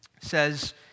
says